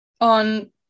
On